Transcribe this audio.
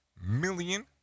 million